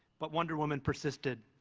but wonder woman persisted!